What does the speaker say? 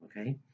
okay